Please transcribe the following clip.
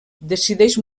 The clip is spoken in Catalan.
decideix